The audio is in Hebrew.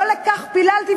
לא לכך פיללתי.